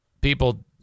people